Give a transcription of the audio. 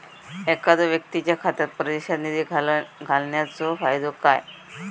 एखादो व्यक्तीच्या खात्यात परदेशात निधी घालन्याचो फायदो काय?